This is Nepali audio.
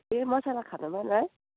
ए मसाला खानु भएन है